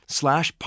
slash